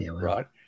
right